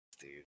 dude